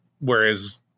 whereas